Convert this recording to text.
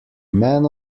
man